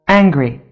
angry